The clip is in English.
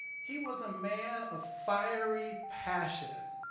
he was a man of fiery passion,